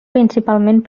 principalment